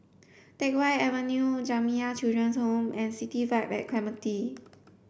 Teck Whye Avenue Jamiyah Children's Home and City Vibe at Clementi